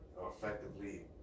effectively